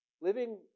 Living